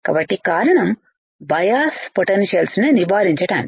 కాబట్టి కారణం బయాస్ పొటెన్షియల్స్నేను నివారించడానికి